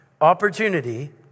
opportunity